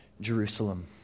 Jerusalem